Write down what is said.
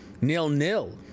nil-nil